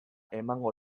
emango